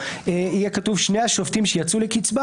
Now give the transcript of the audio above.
יהיה כתוב: "שני השופטים שיצאו לקיצבה,